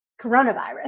coronavirus